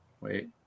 wait